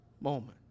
moment